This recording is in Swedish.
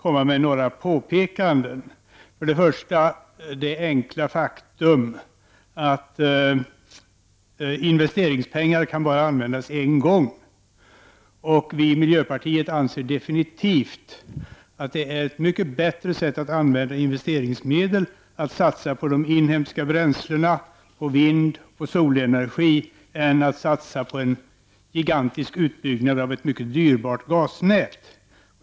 Till att börja med vill jag ta upp det enkla faktum att investerade pengar bara kan användas en gång. Vi i miljöpartiet anser att det är mycket bättre att använda investerade medel för att satsa på inhemsk vindoch solenergi än att satsa på en gigantisk utbyggnad av ett mycket dyrbart gasnät.